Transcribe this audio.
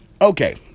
okay